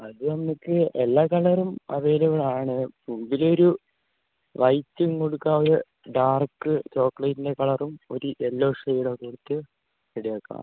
അതു നമുക്ക് എല്ലാ കളറും അവൈലബ്ളാണ് മുമ്പിലൊരു വൈറ്റും കൊടുക്കാം ഒര് ഡാർക്ക് ചോക്ലേറ്റിൻ്റെ കളറും ഒരു യെല്ലോ ഷെയ്ഡോ കൊടുത്തു റെഡിയാക്കാം